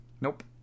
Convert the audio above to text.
Nope